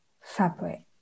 fabric